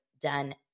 done